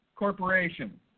Corporation